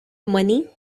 money